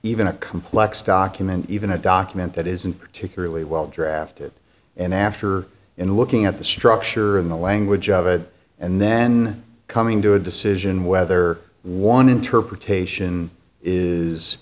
even a complex document even a document that isn't particularly well drafted and after in looking at the structure in the language of it and then coming to a decision whether one interpretation is